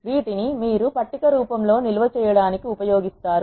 వీటిని మీరు పట్టిక రూపం లో నిల్వ చేయడానికి ఉపయోగిస్తారు